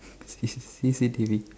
C C_C_T_V